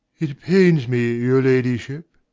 it pains me, your ladyship.